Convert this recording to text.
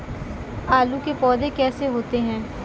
आलू के पौधे कैसे होते हैं?